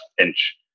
inch